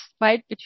right